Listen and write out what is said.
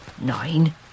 Nine